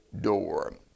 door